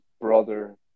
brother